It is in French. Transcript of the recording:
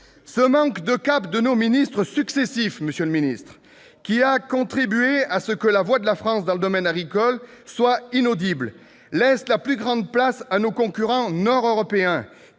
Ce manque de cap de nos ministres successifs, qui a contribué à rendre la voix de la France dans le domaine agricole inaudible, laisse la plus grande place à nos concurrents Nord-européens,